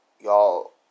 y'all